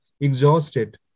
exhausted